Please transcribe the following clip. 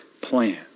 plan